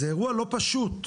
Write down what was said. זה אירוע לא פשוט.